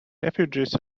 refugees